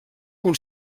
com